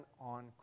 on